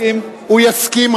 הוא יסכים,